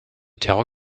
terror